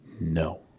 No